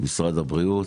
משרד הבריאות